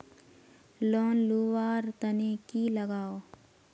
Loan लुवा र तने की लगाव?